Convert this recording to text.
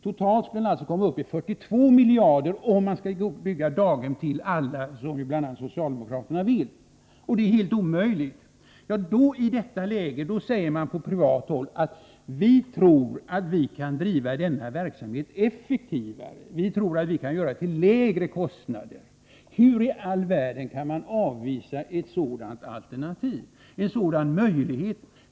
Totalt skulle man alltså komma uppi 42 miljarder, om man skulle bygga daghem till alla barn, som bl.a. socialdemokraterna vill. Det är helt omöjligt. I detta läge säger man på privat håll: Vi tror att vi kan driva denna verksamhet effektivare. Vi tror att vi kan göra det till lägre kostnader. Hur i all världen kan man avvisa ett sådant alternativ, en sådan möjlighet?